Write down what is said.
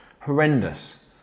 horrendous